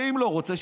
ואם לא רוצה,